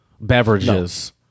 beverages